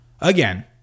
Again